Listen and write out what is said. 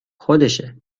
خودشه